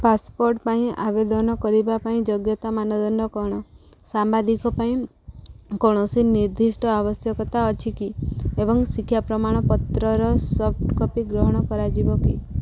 passport ପାଇଁ ଆବେଦନ କରିବା ପାଇଁ ଯୋଗ୍ୟତା ମାନଦଣ୍ଡ କ'ଣ ସାମ୍ବାଦିକ ପାଇଁ କୌଣସି ନିର୍ଦ୍ଦିଷ୍ଟ ଆବଶ୍ୟକତା ଅଛି କି ଏବଂ ଶିକ୍ଷା ପ୍ରମାଣପତ୍ରର ସଫ୍ଟକପି ଗ୍ରହଣ କରାଯିବ କି